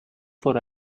for